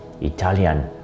Italian